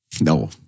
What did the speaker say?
No